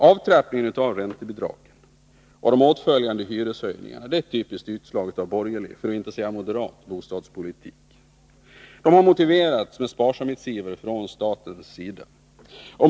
Avtrappningen av räntebidragen och de åtföljande hyreshöjningarna är ett typiskt utslag av borgerlig, för att inte säga moderat, bostadspolitik. De har motiverats med sparsamhetsiver från statens sida.